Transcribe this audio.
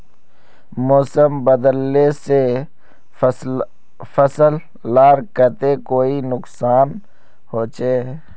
मौसम बदलिले से फसल लार केते कोई नुकसान होचए?